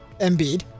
Embiid